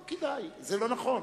לא כדאי, זה לא נכון.